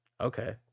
Okay